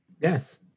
Yes